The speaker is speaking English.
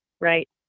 Right